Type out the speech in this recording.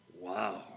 Wow